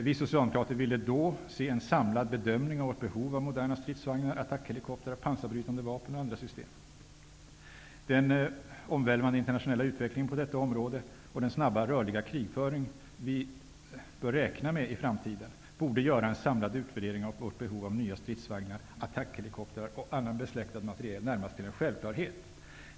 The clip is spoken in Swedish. Vi socialdemokrater ville då se en samlad bedömning av Sveriges behov av moderna stridsvagnar, attackhelikoptrar, pansarbrytande vapen och andra system. Den omvälvande internationella utvecklingen på detta område och den snabba och rörliga krigföring som vi bör räkna med i framtiden borde göra en samlad utvärdering av vårt behov av nya stridsvagnar, attackhelikoptrar och annan besläktad materiel närmast till en självklarhet.